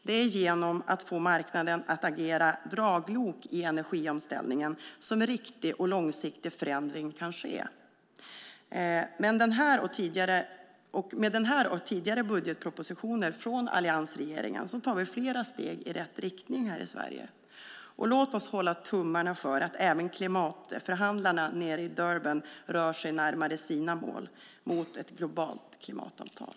Det är genom att få marknaden att agera draglok i energiomställningen som en riktig och långsiktig förändring kan ske. Med den här och tidigare budgetpropositioner från alliansregeringen tar vi flera steg i rätt riktning här i Sverige. Låt oss hålla tummarna för att även klimatförhandlarna nere i Durban rör sig närmare sina mål mot ett globalt klimatavtal.